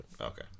Okay